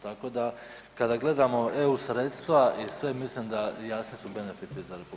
Tako da kada gledamo EU sredstva i sve, mislim da jasni su benefiti za RH.